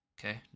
okay